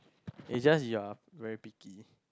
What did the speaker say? it just you are very picky